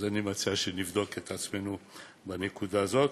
אז אני מציע שנבדוק את עצמנו בנקודה הזאת.